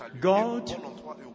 God